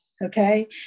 okay